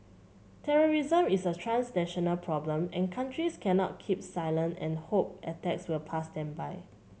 terrorism is a transnational problem and countries cannot keep silent and hope attacks will pass them by